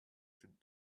should